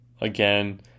again